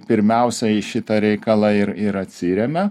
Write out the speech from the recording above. pirmiausia į šitą reikalą ir ir atsiremia